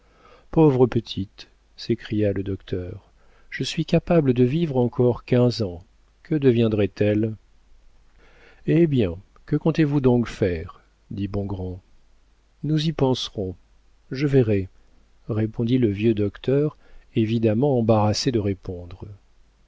pauvre petite s'écria le docteur je suis capable de vivre encore quinze ans que deviendrait-elle eh bien que comptez-vous donc faire dit bongrand nous y penserons je verrai répondit le vieux docteur évidemment embarrassé de répondre